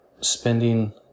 spending